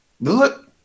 look